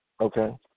Okay